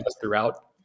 throughout